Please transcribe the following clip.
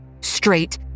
straight